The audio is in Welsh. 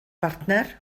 bartner